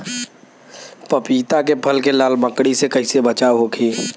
पपीता के फल के लाल मकड़ी से कइसे बचाव होखि?